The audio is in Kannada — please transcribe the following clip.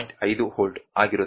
5 ವೋಲ್ಟ್ ಆಗಿರುತ್ತದೆ